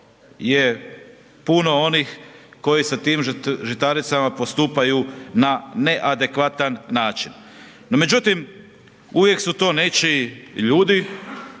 je puno onih koji sa tim žitaricama postupaju na neadekvatan način. No, međutim, uvijek su tu nečiji ljudi,